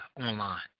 online